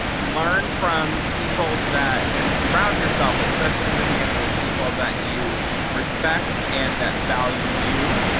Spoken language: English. learn from people that and surround yourself especially in the beginning with people that you respect and that value you.